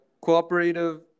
Cooperative